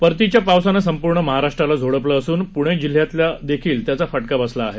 परतीच्या पावसानं संपूर्ण महाराष्ट्राला झोडपलं असून पूर्णे जिल्ह्याला देखील त्याचा फटका बसला आहे